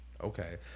Okay